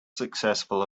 successful